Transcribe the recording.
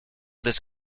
this